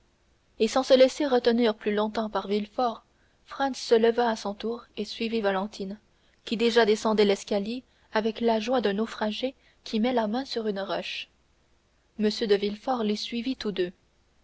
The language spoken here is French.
et sans se laisser retenir plus longtemps par villefort franz se leva à son tour et suivit valentine qui déjà descendait l'escalier avec la joie d'un naufragé qui met la main sur une roche m de villefort les suivit tous deux